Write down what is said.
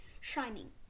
shining